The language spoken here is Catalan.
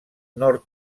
nord